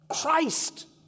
Christ